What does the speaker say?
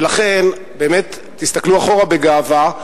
ולכן באמת תסתכלו אחורה בגאווה,